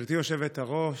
גברתי היושבת-ראש,